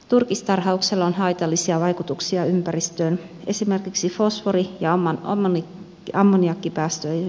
turkistarhauksella on haitallisia vaikutuksia ympäristöön esimerkiksi fosfori ja ammoniakkipäästöjen kautta